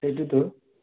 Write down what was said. সেইটোতো